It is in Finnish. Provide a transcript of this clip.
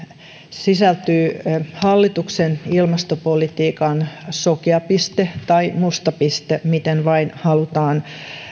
sisältyy hallituksen ilmastopolitiikan sokea piste tai musta piste miten vain halutaan